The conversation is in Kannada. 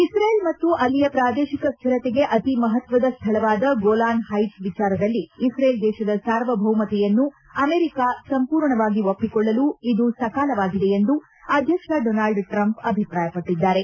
ಇಸ್ರೇಲ್ ಮತ್ತು ಅಲ್ಲಿಯ ಪ್ರಾದೇಶಿಕ ಸ್ದಿರತೆಗೆ ಅತಿ ಮಹತ್ವದ ಸ್ದಳವಾದ ಗೋಲಾನ್ ಹೈಟ್ಸ್ ವಿಚಾರದಲ್ಲಿ ಇಸ್ರೇಲ್ ದೇಶದ ಸಾರ್ವಭೌಮತೆಯನ್ನು ಅಮೆರಿಕ ಸಂಪೂರ್ಣವಾಗಿ ಒಪ್ಪಿಕೊಳ್ಳಲು ಇದು ಸಕಾಲವಾಗಿದೆ ಎಂದು ಅಧ್ಯಕ್ಷ ಡೊನಾಲ್ಡ್ ಟ್ರಂಪ್ ಅಭಿಪ್ರಾಯಪಟ್ಟಿದ್ದಾರೆ